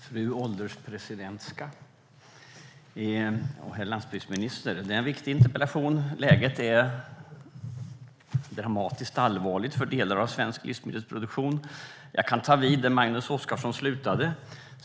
Fru ålderspresident! Herr landsbygdsminister! Det är en viktig interpellation. Läget är dramatiskt allvarligt för delar av svensk livsmedelsproduktion. Jag kan ta vid där Magnus Oscarsson slutade.